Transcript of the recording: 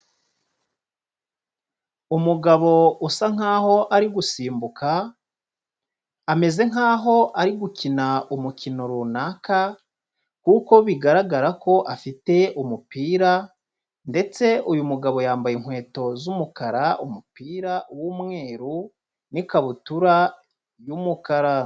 Umugabo usa nk'aho ari gusimbuka, ameze nk'aho ari gukina umukino runaka kuko bigaragara ko afite umupira ndetse uyu mugabo yambaye inkweto z'umukara, umupira w'umweru n'ikabutura y'umukara.